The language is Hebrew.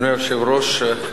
אדוני היושב-ראש,